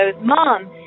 mom